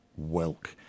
Welk